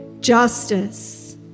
Justice